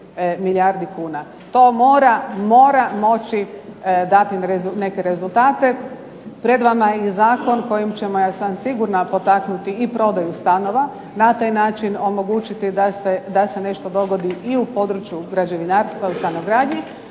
To mora moći dati neke rezultate. Pred vama je i zakon kojim ćemo, ja sam sigurna, potaknuti i prodaju stanova, na taj način omogućiti da se nešto dogodi i u području građevinarstva, u stanogradnji,